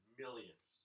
millions